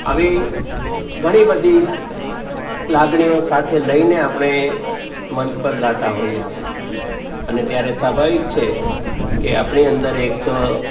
આવી ઘણી બધી લાગણીઓ સાથે લઈને આપણે મંચ પર ગાતા હોઈએ છીએ અને ત્યારે સ્વાભાવિક છે કે આપણી અંદર એક